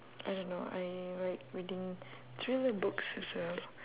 I don't know I like reading thriller books as well